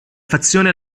fazione